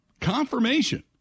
confirmation